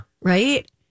Right